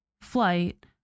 flight